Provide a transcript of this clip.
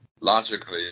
logically